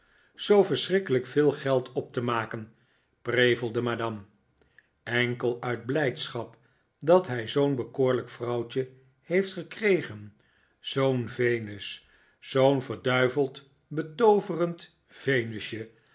zoo verschrikkelijk veel geld op te maken prevelde madame enkel uit blijdschap dat hij zoo'n bekoorlijk vrouwtje heeft gekregen zoo'n venus zoo'n verduiveld betooverend